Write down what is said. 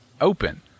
open